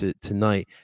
tonight